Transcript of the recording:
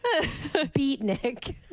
beatnik